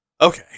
Okay